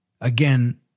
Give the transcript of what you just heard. again